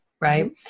Right